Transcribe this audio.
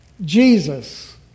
Jesus